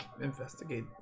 investigate